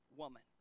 woman